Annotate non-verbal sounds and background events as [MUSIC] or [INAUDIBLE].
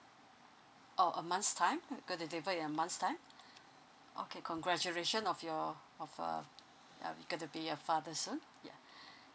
oh a month's time uh gonna deliver in a month's time okay congratulation of your of uh uh you get to be a father soon ya [BREATH]